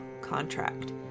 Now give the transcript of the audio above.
contract